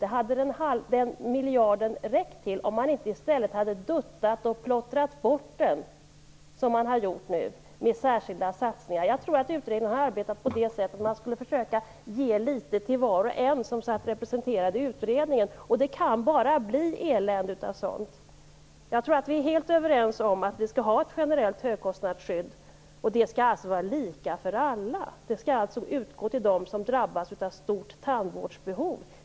Det hade miljarden räckt till, om man inte i stället hade duttat och plottrat bort den på det sätt man nu har gjort genom särskilda satsningar. Jag tror att man i utredningen har försökt ge litet till var och en som fanns representerad i utredningen, och det kan bara bli elände av sådant. Jag tror att vi är helt överens om att vi skall ha ett generellt högkostnadsskydd, och det skall alltså vara lika för alla! Det skall utgå till dem som drabbas av ett stort tandvårdsbehov.